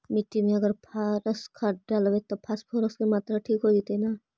मिट्टी में अगर पारस खाद डालबै त फास्फोरस के माऋआ ठिक हो जितै न?